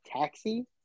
Taxi